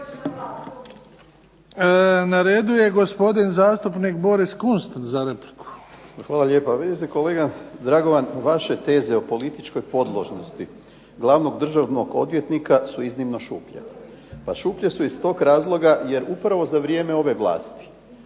Na redu je gospodin zastupnik Boris Kunst za repliku. **Kunst, Boris (HDZ)** Hvala lijepa. Vidite kolega Dragovan, vaše teze o političkoj podložnosti glavnog državnog odvjetnika su iznimno šuplje a šuplje su iz tog razloga jer upravo za vrijeme ove vlasti